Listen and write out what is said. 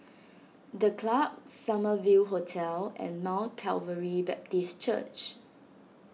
the Club Summer View Hotel and Mount Calvary Baptist Church